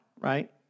right